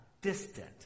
distant